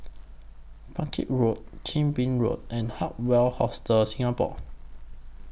Bangkit Road Chin Bee Road and Hard Rock Hostel Singapore